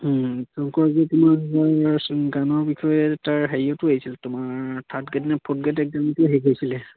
শংকুৰাজৰ তোমাৰ গানৰ বিষয়ে তাৰ হেৰিয়তো আহিছিল তোমাৰ থাৰ্ড গ্ৰেড নে ফৰ্থ গ্ৰেড একজামতো আহি গৈছিলে